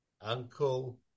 Uncle